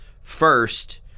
first